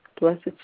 Blessed